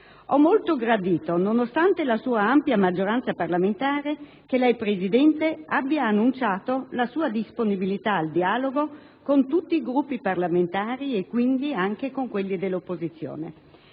Ho molto gradito, nonostante la sua ampia maggioranza parlamentare, che lei, Presidente, abbia annunciato la sua disponibilità al dialogo con tutti i Gruppi parlamentari e, quindi, anche con quelli dell'opposizione.